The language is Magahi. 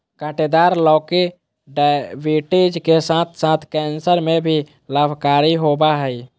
काँटेदार लौकी डायबिटीज के साथ साथ कैंसर में भी लाभकारी होबा हइ